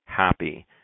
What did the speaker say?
Happy